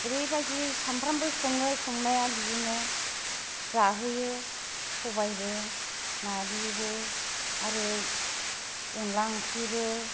ओरैबादि सामफ्रमबो सङो संनाया जाहोयो सबायबो नारजिबो आरो अनला ओंख्रिबो